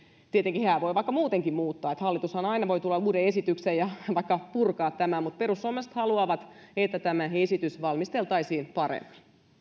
tietenkin hehän voivat vaikka muutenkin muuttaa hallitushan aina voi tuoda uuden esityksen ja vaikka purkaa tämän mutta perussuomalaiset haluavat että tämä esitys valmisteltaisiin paremmin